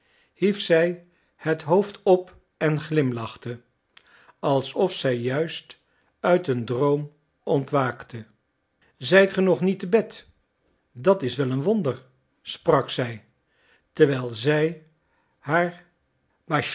hief zij het hoofd op en glimlachte alsof zij juist uit een droom ontwaakte zijt ge nog niet te bed dat is wel een wonder sprak zij terwijl zij haar